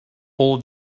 all